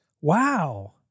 Wow